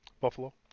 Buffalo